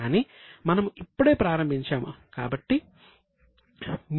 కాని మనము ఇప్పుడే ప్రారంభించాము